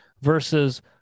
versus